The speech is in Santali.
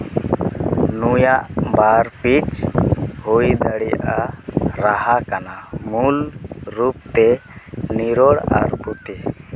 ᱱᱩᱭᱟᱜ ᱵᱟᱨ ᱯᱤᱪ ᱦᱩᱭ ᱫᱟᱲᱮᱭᱟᱜᱼᱟ ᱨᱟᱦᱟ ᱠᱟᱱᱟ ᱢᱩᱞ ᱨᱩᱯᱛᱮ ᱱᱤᱨᱚᱲ ᱟᱨ ᱯᱩᱛᱤ